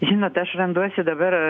žinot aš randuosi dabar